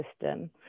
system